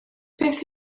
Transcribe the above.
beth